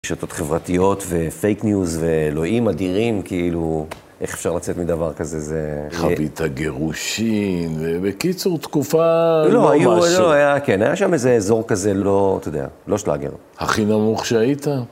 קשתות חברתיות, ופייק ניוז, ואלוהים אדירים, כאילו, איך אפשר לצאת מדבר כזה, זה... חווית הגירושין, ובקיצור, תקופה... לא, היו... לא, היה, כן, היה שם איזה אזור כזה לא, אתה יודע, לא שלאגר. הכי נמוך שהיית?